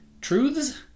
Truths